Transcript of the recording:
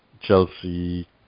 Chelsea